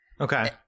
Okay